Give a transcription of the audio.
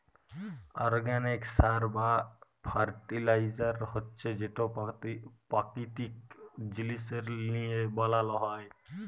organic সার বা fertiliser হছে যেট পাকিতিক জিলিস লিঁয়ে বালাল হ্যয়